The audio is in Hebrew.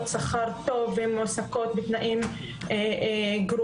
שכר טוב והן מועסקות בתנאים גרועים.